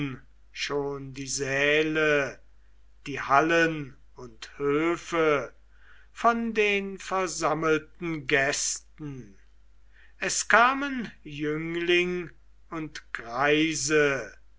schon die säle die hallen und höfe von den versammelten gästen es kamen jüngling und greise